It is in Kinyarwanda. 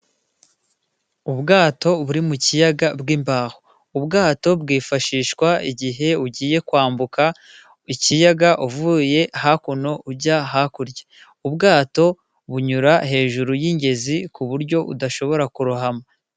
Ubwato buri mu kiyaga bw'imbaho ubwato bwifashishwa igihe ugiye kwambuka ikiyaga uvuye hakuno ujya hakurya ubwato bunyura hejuru y'ingezi ku buryo udashobora kurohama